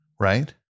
Right